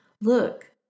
look